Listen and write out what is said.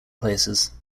places